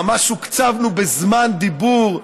ממש הוקצבנו בזמן דיבור,